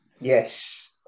Yes